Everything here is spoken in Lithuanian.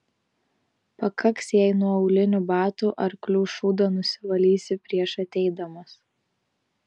pakaks jei nuo aulinių batų arklių šūdą nusivalysi prieš ateidamas